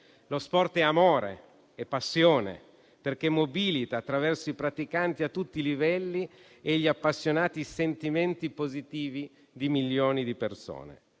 Lo sport è amore, è passione, perché mobilita, attraverso i praticanti a tutti i livelli e gli appassionati, sentimenti positivi di milioni di persone.